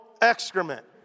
excrement